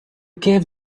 gave